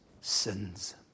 sins